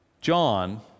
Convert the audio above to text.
John